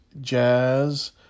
jazz